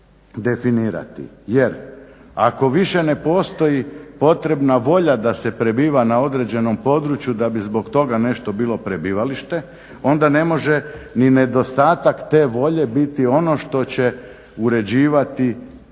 Jer ako više ne postoji potrebna volja da se prebiva na određenom području da bi zbog tog nešto bilo prebivalište onda ne može ni nedostatak te volje biti ono što će uređivati pojam